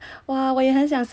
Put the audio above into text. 我也很想生个女儿